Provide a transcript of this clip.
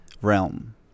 Realm